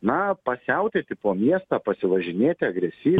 na pasiautėti po miestą pasivažinėti agresyviai